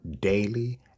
daily